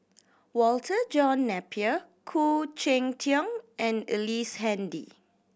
Walter John Napier Khoo Cheng Tiong and Ellice Handy